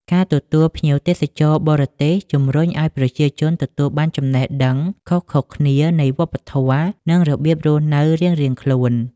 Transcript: ការទទួលភ្ញៀវទេសចរបរទេសជំរុញឲ្យប្រជាជនទទួលបានចំណរះដឹងខុសៗគ្នានៃវប្បធម៌ និងរបៀបរស់នៅរៀងៗខ្លួន។